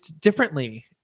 differently